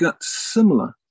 similar